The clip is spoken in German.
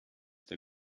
der